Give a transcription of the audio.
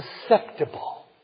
susceptible